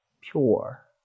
pure